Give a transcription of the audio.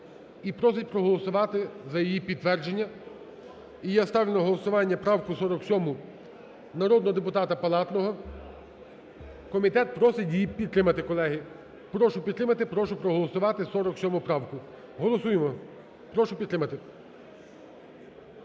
і просить проголосувати за її підтвердження. І я ставлю на голосування правку 47-у народного депутата Палатного. Комітет просить її підтримати, колеги. Прошу підтримати. Прошу проголосувати 47 правку. Голосуємо. Прошу підтримати.